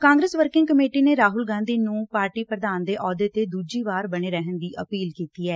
Congress working committee ਨੇ ਰਾਹੁਲ ਗਾਂਧੀ ਨੂੰ party ਪ੍ਰਧਾਨ ਦੇ ਅਹੁਦੇ 'ਤੇ ਦੂਜੀ ਵਾਰ ਬਣੇ ਰਹਿਣ ਦੀ ਅਪੀਲ ਕੀਤੀ ਐ